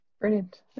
Brilliant